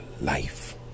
life